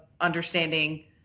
understanding